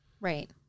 Right